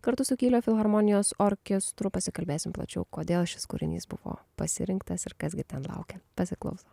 kartu su kylio filharmonijos orkestru pasikalbėsime plačiau kodėl šis kūrinys buvo pasirinktas ir kas gi ten laukia pasiklausom